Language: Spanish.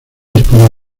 dispone